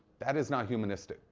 that is not humanistic.